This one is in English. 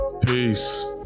peace